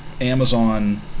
Amazon